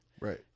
right